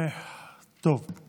אני בוחר לא להגיב.